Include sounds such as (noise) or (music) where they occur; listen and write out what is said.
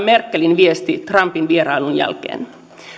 (unintelligible) merkelin viesti trumpin vierailun jälkeen